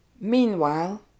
Meanwhile